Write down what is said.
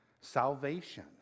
salvation